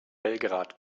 belgrad